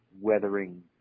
weathering